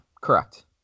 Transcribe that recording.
correct